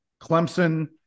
Clemson